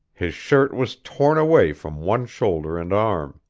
his shirt was torn away from one shoulder and arm.